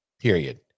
period